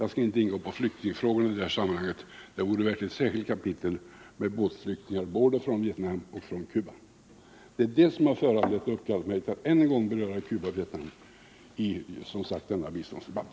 Jag skall inte ingå på flyktingfrågor i det här sammanhanget; båtflyktingarna både från Vietnam och från Cuba vore värda ett särskilt kapitel. Det är detta som har föranlett mig att ännu en gång beröra Cuba och Vietnam i denna biståndsdebatt.